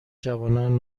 جوانان